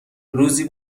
روزی